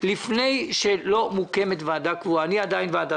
כל עוד לא מוקמת ועדת כספים קבועה אנחנו עדיין ועדה